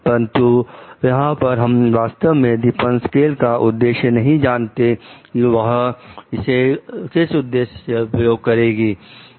परंतु यहां पर हम वास्तव में दीपासक्वेलका उद्देश्य नहीं जानते कि वह इसे किस उद्देश्य से प्रयोग करेगी